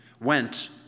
went